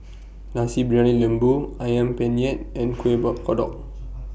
Nasi Briyani Lembu Ayam Penyet and Kueh Kodok